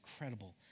incredible